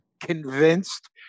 convinced